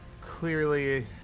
clearly